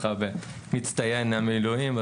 זכה במצטיין המילואים.